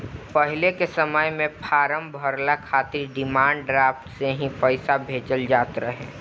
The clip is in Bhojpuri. पहिले के समय में फार्म भरला खातिर डिमांड ड्राफ्ट से ही पईसा भेजल जात रहे